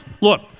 Look